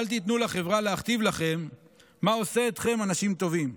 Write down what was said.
אל תיתנו לחברה להכתיב לכם מה עושה אתכם אנשים טובים,